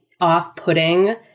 off-putting